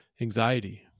anxiety